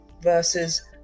versus